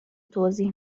توضیح